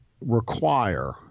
require